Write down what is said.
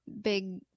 big